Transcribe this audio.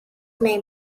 may